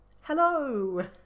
Hello